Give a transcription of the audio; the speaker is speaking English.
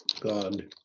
God